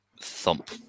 thump